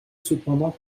cependant